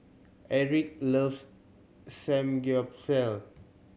Eric loves Samgyeopsal